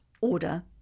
order